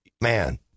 Man